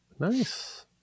Nice